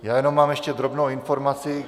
Já jenom mám ještě drobnou informaci.